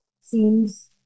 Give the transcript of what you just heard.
seems